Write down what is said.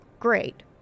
Great